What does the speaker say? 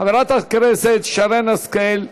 חברת הכנסת שרן השכל,